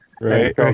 right